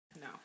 no